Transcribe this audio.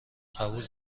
قبول